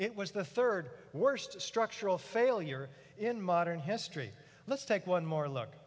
it was the third worst structural failure in modern history let's take one more